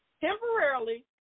temporarily